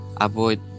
avoid